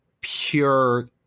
pure